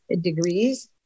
degrees